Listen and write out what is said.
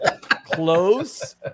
Close